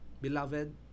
Beloved